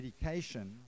medication